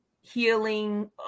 healing